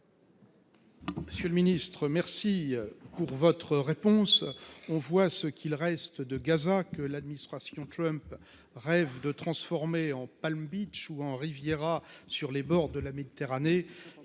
Monsieur le ministre, je vous remercie de votre réponse. On voit ce qu’il reste de Gaza, que l’administration Trump rêve de transformer en Palm Beach sur les bords de la Méditerranée